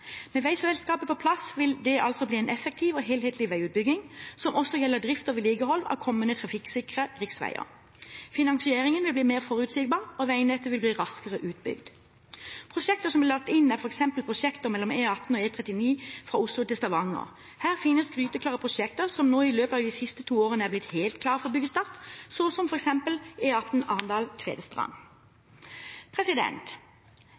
Med veiselskapet på plass vil det bli en effektiv og helhetlig veiutbygging, som også gjelder drift og vedlikehold av kommende trafikksikre riksveier. Finansieringen vil bli mer forutsigbar, og veinettet vil bli raskere utbygd. Prosjekter som er lagt inn, er f.eks. prosjektet mellom E18 og E39 fra Oslo til Stavanger. Her finnes gryteklare prosjekter som i løpet av de siste to årene er blitt helt klare for byggestart, slik som f.eks. E18 Arendal–Tvedestrand. E18 og E39 mellom Oslo og Stavanger er